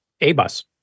ABUS